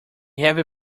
heavy